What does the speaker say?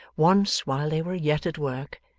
once, while they were yet at work,